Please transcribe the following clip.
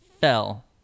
fell